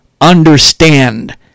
understand